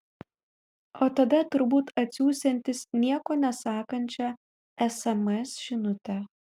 o tada turbūt atsiųsiantis nieko nesakančią sms žinutę